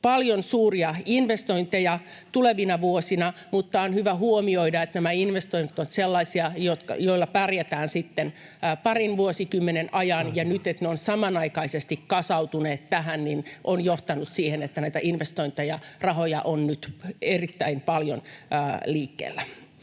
paljon suuria investointeja nyt tulevina vuosina, mutta on hyvä huomioida, että nämä investoinnit ovat sellaisia, joilla pärjätään sitten parin vuosikymmenen ajan. Se, että ne ovat nyt samanaikaisesti kasautuneet tähän, on johtanut siihen, että näitä rahoja on nyt erittäin paljon liikkeellä.